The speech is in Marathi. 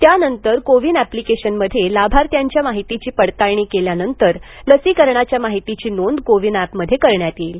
त्यानंतर कोविन एप्लिकेशनमध्ये लाभार्थ्यांच्या माहितीची पडताळणी केल्यानंतर लसीकरणाच्या माहितीची नोंद कोविन एपमध्ये करण्यात येईल